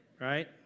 Right